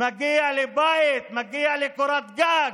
מגיע לי בית, מגיעה לי קורת גג.